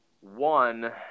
one